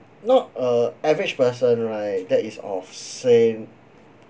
not a average person right that is of same